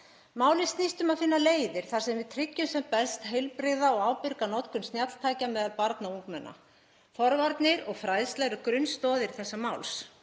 Málið snýst um að finna leiðir þar sem við tryggjum sem best heilbrigða og ábyrga notkun snjalltækja meðal barna og ungmenna. Forvarnir og fræðsla eru grunnstoðir þessa máls.